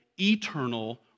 eternal